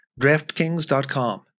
DraftKings.com